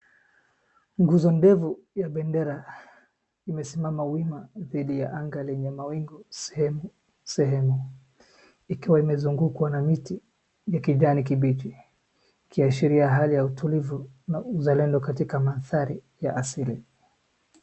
Nguzo ndefu ya bendera imesimama wima dhidi ya anga lenye mawingu sehemu sehemu. Ikiwa imezungukwa na miti ya kijani kimbichi ikiashiaria hali ya utulivu na uzalendo katika mandhari ya asili.